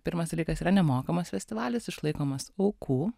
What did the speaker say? pirmas dalykas yra nemokamas festivalis išlaikomas aukų